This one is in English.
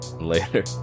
Later